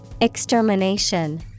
Extermination